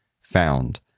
found